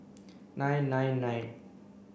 nine nine nine